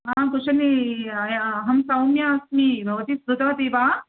कुशली अय् अहं सौम्या अस्मि भवती श्रुतवती वा